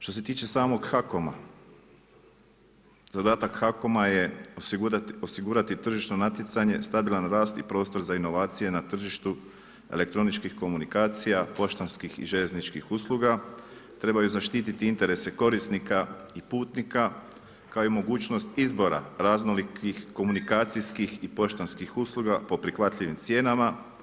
Što se tiče samog HAKOM-a zadatak HAKOM-a je osigurati tržišno natjecanje, stabilan rast i prostor za inovacije na tržištu elektroničkih komunikacija, poštanskih i željezničkih usluga, trebaju zaštiti interese korisnika i putnika, kao i mogućnost izbora raznolikih komunikacijskih i poštanskih usluga po prihvatljivih cijenama.